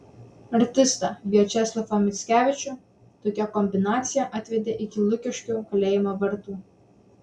artistą viačeslavą mickevičių tokia kombinacija atvedė iki lukiškių kalėjimo vartų